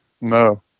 No